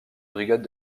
brigade